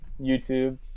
YouTube